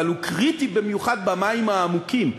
אבל הוא קריטי במיוחד במים העמוקים,